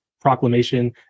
proclamation